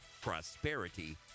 prosperity